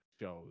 shows